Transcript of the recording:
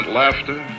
laughter